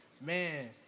Man